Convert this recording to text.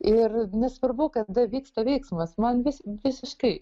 ir nesvarbu kada vyksta veiksmas man vis visiškai